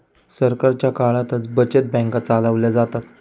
सरकारच्या काळातच बचत बँका चालवल्या जातात